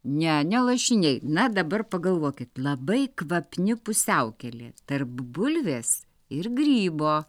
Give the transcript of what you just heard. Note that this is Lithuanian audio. ne ne lašiniai na dabar pagalvokit labai kvapni pusiaukelė tarp bulvės ir grybo